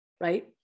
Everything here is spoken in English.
right